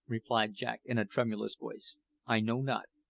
replied jack in a tremulous voice i know not.